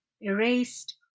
erased